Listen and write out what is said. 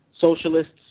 socialists